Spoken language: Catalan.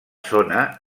zona